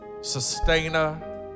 Sustainer